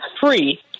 free